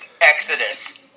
Exodus